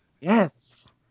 Yes